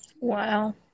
Wow